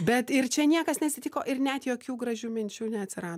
bet ir čia niekas neatsitiko ir net jokių gražių minčių neatsirado